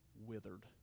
withered